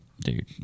Dude